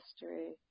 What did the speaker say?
history